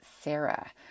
Sarah